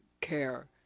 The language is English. care